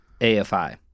AFI